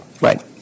Right